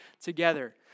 together